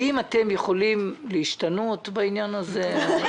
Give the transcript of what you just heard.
האם אתם יכולים להשתנות בעניין הזה?